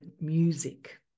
music